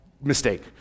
mistake